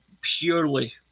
purely